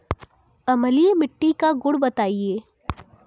अम्लीय मिट्टी का गुण बताइये